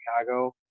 Chicago